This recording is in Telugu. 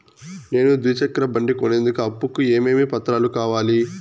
నేను ద్విచక్ర బండి కొనేందుకు అప్పు కు ఏమేమి పత్రాలు కావాలి?